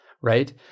right